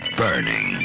burning